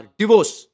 divorce